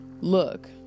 Look